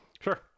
sure